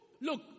look